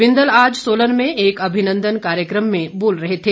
बिंदल आज सोलन में एक अभिनंदन कार्यकम में बोल रहे थे